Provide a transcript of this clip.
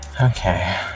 Okay